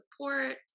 support